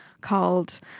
called